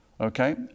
okay